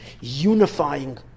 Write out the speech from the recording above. unifying